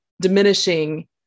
diminishing